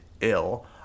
ill